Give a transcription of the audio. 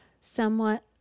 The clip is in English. somewhat